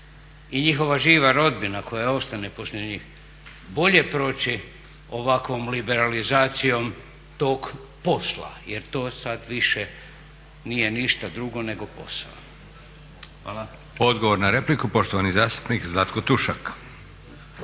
i njihova živa rodbina koja ostane poslije njih bolje proći ovakvom liberalizacijom tog posla, jer to sad više nije ništa drugo nego posao. Hvala. **Leko, Josip (SDP)** Hvala. Odgovor na repliku poštovani zastupnik Zlatko Tušak.